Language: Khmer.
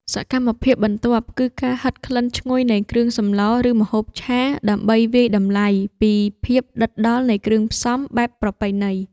សកម្មភាពបន្ទាប់គឺការហិតក្លិនឈ្ងុយនៃគ្រឿងសម្ល ឬម្ហូបឆា ដើម្បីវាយតម្លៃពីភាពដិតដល់នៃគ្រឿងផ្សំបែបប្រពៃណី។